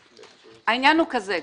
העניין הוא כזה,